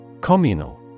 Communal